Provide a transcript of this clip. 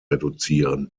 reduzieren